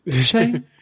shame